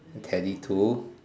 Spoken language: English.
Teddy two